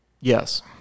Yes